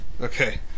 Okay